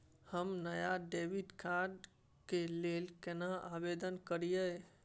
हम नया debit card के लेल केना आवेदन करियै?